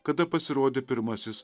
kada pasirodė pirmasis